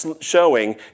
showing